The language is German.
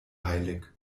heilig